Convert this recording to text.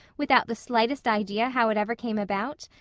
without the slightest idea how it ever came about?